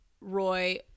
Roy